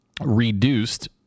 reduced